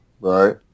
Right